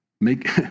make